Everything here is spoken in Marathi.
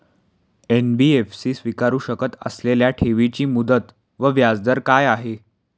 एन.बी.एफ.सी स्वीकारु शकत असलेल्या ठेवीची मुदत व व्याजदर काय आहे?